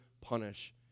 punish